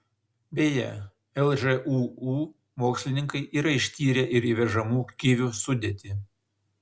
beje lžūu mokslininkai yra ištyrę ir įvežamų kivių sudėtį